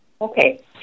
Okay